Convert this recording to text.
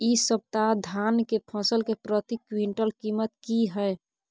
इ सप्ताह धान के फसल के प्रति क्विंटल कीमत की हय?